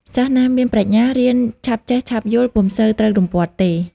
សិស្សណាមានប្រាជ្ញា រៀនឆាប់ចេះឆាប់យល់ពុំសូវត្រូវរំពាត់ទេ ។